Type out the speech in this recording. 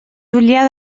julià